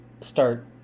start